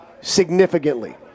significantly